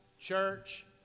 church